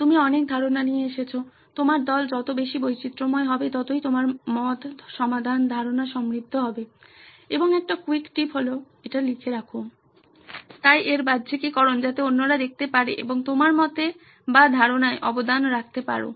তুমি অনেক ধারনা নিয়ে এসেছো তোমার দল যত বেশি বৈচিত্র্যময় হবে ততই তোমার মত সমাধান ধারণা সমৃদ্ধ হবে এবং একটা কুইক টিপ হলো এটি লিখে রাখো তাই এর বাহ্যিকীকরণ যাতে অন্যরা দেখতে পারে এবং তোমার মতে বা ধারণায় অবদান রাখতে পারো